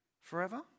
forever